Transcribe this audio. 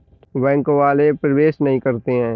Bank वाले प्रवेश नहीं करते हैं?